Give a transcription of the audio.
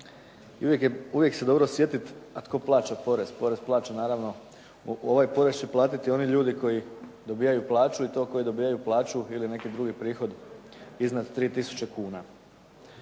i uvijek se dobro sjetit a tko plaća porez, porez plaća naravno, ovaj porez će platiti oni ljudi koji dobivaju plaću i to koji dobivaju plaću ili neki drugi prihod iznad 3000 kuna.